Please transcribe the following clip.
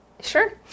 Sure